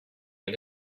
end